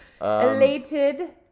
elated